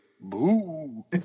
Boo